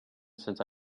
since